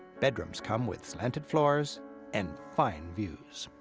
bedrooms come with slanted floors and fine views.